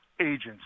agents